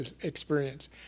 experience